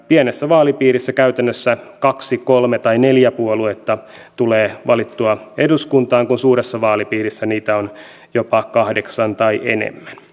pienessä vaalipiirissä käytännössä kaksi kolme tai neljä puoluetta tulee valittua eduskuntaan kun suuressa vaalipiirissä niitä on jopa kahdeksan tai enemmän